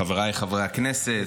חבריי חברי הכנסת,